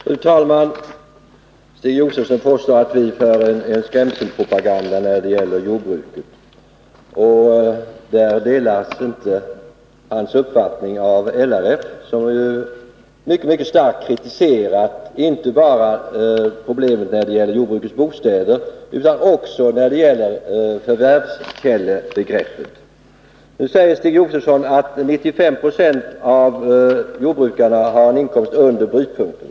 Fru talman! Stig Josefson påstår att vi för en skrämselpropaganda beträffande jordbruket. Men LRF delar inte hans uppfattning på den punkten. Mycket starkt har man från det hållet kritiserat problemen inte bara när det gäller jordbruksbostäder utan också när det gäller förvärvskällebegreppet. Nu säger Stig Josefson att 95 26 av jordbrukarna har en inkomst under brytpunkten.